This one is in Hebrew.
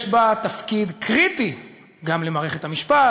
יש בה תפקיד קריטי גם למערכת המשפט,